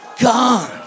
gone